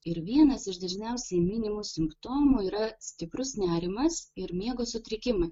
ir vienas iš dažniausiai minimų simptomų yra stiprus nerimas ir miego sutrikimai